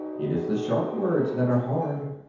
it is the short words that are hard.